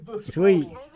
Sweet